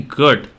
good